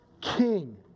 king